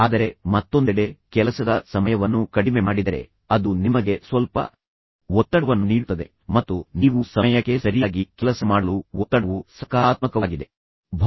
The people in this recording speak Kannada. ಆದರೆ ಮತ್ತೊಂದೆಡೆ ಕೆಲಸದ ಸಮಯವನ್ನು ಕಡಿಮೆ ಮಾಡಿದರೆ ಅದು ನಿಮಗೆ ಸ್ವಲ್ಪ ಒತ್ತಡವನ್ನು ನೀಡುತ್ತದೆ ಮತ್ತು ನೀವು ಸಮಯಕ್ಕೆ ಸರಿಯಾಗಿ ಕೆಲಸ ಮಾಡಲು ಒತ್ತಡವು ಸಕಾರಾತ್ಮಕವಾಗಿದೆ ಇಲ್ಲದಿದ್ದರೆ ನೀವು ಏನನ್ನೂ ಮಾಡುವುದಿಲ್ಲ